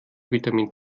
vitamin